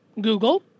Google